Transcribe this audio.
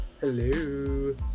hello